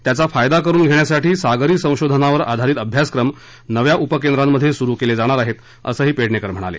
त्याचा फायदा करून घेण्यासाठी सागरी संशोधनावर आधारित अभ्यासक्रम नव्या उपकेंद्रांमध्ये सुरू केले जाणार आहेत असंही पेडणेकर म्हणाले